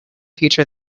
future